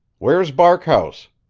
where's barkhouse?